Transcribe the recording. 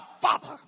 father